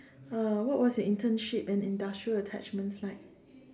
uh what was your internship and industrial attachments like